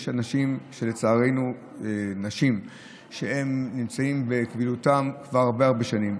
יש לצערנו נשים שנמצאות בכבילותן כבר הרבה הרבה שנים.